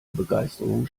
begeisterung